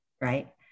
right